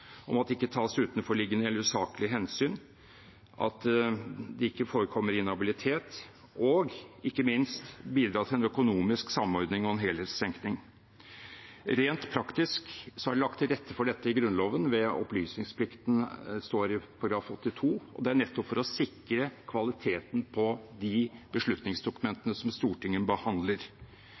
at det ikke tas utenforliggende eller usaklige hensyn, og at det ikke forekommer inhabilitet, men ikke minst bidra til en økonomisk samordning og en helhetstenkning. Rent praktisk er det lagt til rette for dette i Grunnloven ved opplysningsplikten, det står i § 82, og det er nettopp for å sikre kvaliteten på de beslutningsdokumentene som Stortinget behandler.